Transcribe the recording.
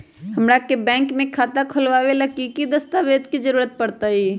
हमरा के बैंक में खाता खोलबाबे ला की की दस्तावेज के जरूरत होतई?